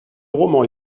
roman